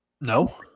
No